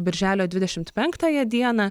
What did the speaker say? birželio dvidešimt penktąją dieną